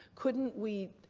couldn't we.